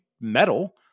metal